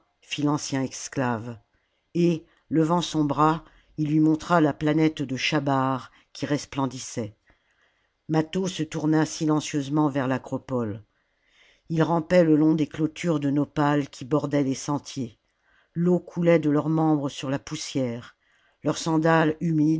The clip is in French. fit l'ancien esclave et levant son bras il lui montra la planète de chabar qui resplendissait mâtho se tourna silencieusement vers l'acropole ils rampaient le long des clôtures de nopals qui bordaient les sentiers l'eau coulait de leurs membres sur la poussière leurs sandales humides